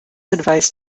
advice